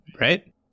right